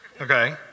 Okay